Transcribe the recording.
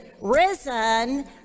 risen